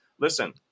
Listen